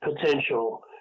potential